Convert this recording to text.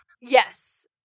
Yes